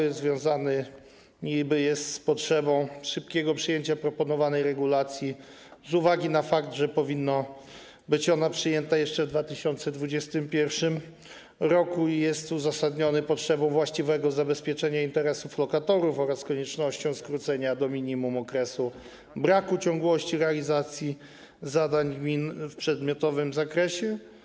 Jest to związane z potrzebą szybkiego przyjęcia proponowanej regulacji z uwagi na fakt, że powinna być ona przyjęta jeszcze w 2021 r., i jest uzasadnione potrzebą właściwego zabezpieczenia interesów lokatorów oraz koniecznością skrócenia do minimum okresu braku ciągłości realizacji zadań gmin w przedmiotowym zakresie.